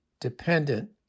dependent